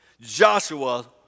Joshua